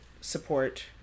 support